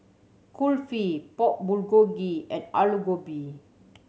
Kulfi Pork Bulgogi and Alu Gobi